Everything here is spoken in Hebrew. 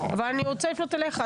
אבל אני רוצה לפנות אליך,